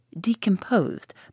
decomposed